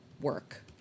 work